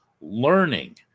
learning